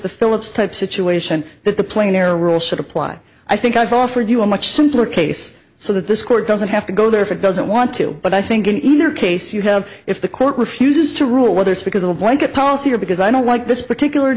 the phillips type situation that the plane or rule should apply i think i've offered you a much simpler case so that this court doesn't have to go there if it doesn't want to but i think in either case you have if the court refuses to rule whether it's because of a blanket policy or because i don't like this particular